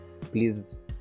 Please